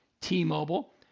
T-Mobile